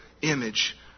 image